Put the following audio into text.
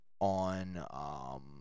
on